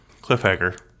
cliffhanger